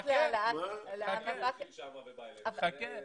חכה.